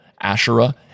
Asherah